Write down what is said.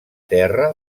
terra